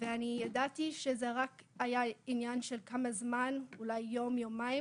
ואני ידעתי שזה רק היה עניין של כמה זמן אולי יום או יומיים,